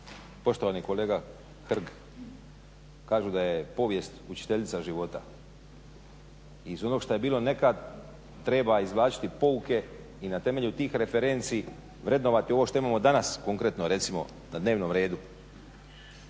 Poštovani kolega Hrg, kažu da je povijest učiteljica života. Iz onog što je bilo nekad treba izvlačiti pouke i na temelju tih referenci vrednovati ovo što imamo danas, konkretno recimo na dnevnom redu.